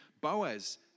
Boaz